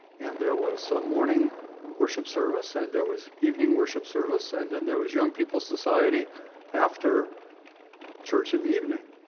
and there was a so morning worship service, and there was evening worship service, and then there was young people's society after church in the evening.